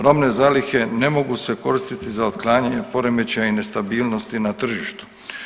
Robne zalihe ne mogu se koristiti za otklanjanje poremećaja i nestabilnosti na tržištu.